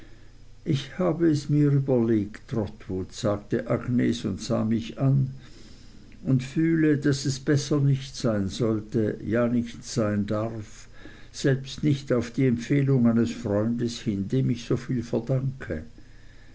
ich habe es mir überlegt trotwood sagte agnes und sah mich an und fühle daß es besser nicht sein sollte ja nicht sein darf selbst nicht auf die empfehlung eines freundes hin dem ich soviel verdanke